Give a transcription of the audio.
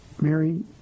Mary